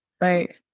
Right